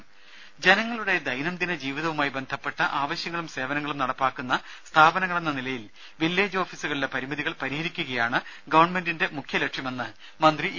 ദേദ ജനങ്ങളുടെ ദൈനംദിന ജീവിതവുമായി ബന്ധപ്പെട്ട ആവശ്യങ്ങളും സേവനങ്ങളും നടപ്പിലാക്കുന്ന സ്ഥാപനങ്ങളെന്ന നിലയിൽ വില്ലേജ് ഓഫീസുകളിലെ പരിമിതികൾ പരിഹരിക്കുകയാണ് ഗവൺമെന്റിന്റെ മുഖ്യലക്ഷ്യമെന്ന് മന്ത്രി ഇ